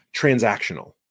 transactional